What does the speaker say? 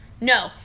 no